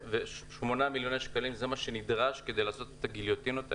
38 מיליוני שקלים זה מה שנדרש כדי לעשות את הגיליוטינות האלה,